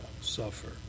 suffer